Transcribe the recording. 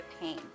pain